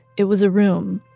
it was a room,